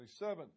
27